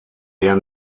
der